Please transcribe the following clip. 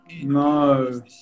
No